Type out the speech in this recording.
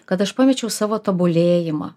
kad aš pamečiau savo tobulėjimą